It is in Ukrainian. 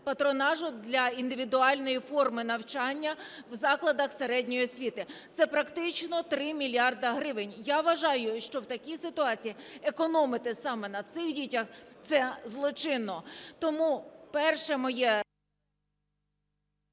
патронажу для індивідуальної форми навчання в закладах середньої освіти – це практично 3 мільярди гривень. Я вважаю, що в такій ситуації економити саме на цих дітях – це злочинно.